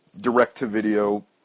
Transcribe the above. direct-to-video